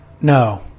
No